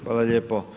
Hvala lijepo.